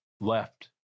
left